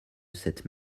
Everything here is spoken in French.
cette